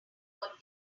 what